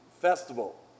festival